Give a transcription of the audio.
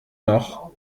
noch